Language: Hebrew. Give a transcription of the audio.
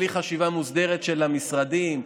בלי חשיבה מוסדרת של המשרדים,